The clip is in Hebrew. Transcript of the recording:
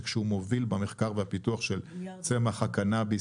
שהוא מוביל במחקר והפיתוח של צמח הקנביס.